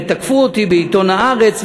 הם תקפו אותי בעיתון "הארץ",